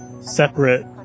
separate